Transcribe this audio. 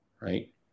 right